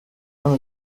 hano